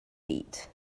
eat